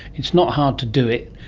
it's not hard to do it,